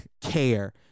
care